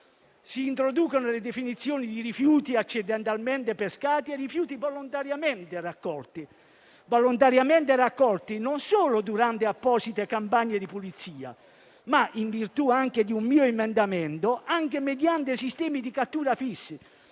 Si introducono le definizioni di rifiuti accidentalmente pescati e di rifiuti volontariamente raccolti (volontariamente raccolti non solo durante apposite campagne di pulizia, ma, in virtù di un mio emendamento, anche mediante sistemi di cattura fissi,